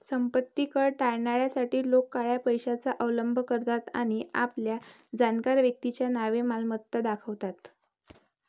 संपत्ती कर टाळण्यासाठी लोक काळ्या पैशाचा अवलंब करतात आणि आपल्या जाणकार व्यक्तीच्या नावे मालमत्ता दाखवतात